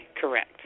Correct